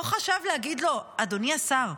לא חשב להגיד לו: אדוני השר,